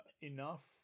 enough